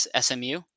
SMU